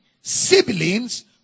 siblings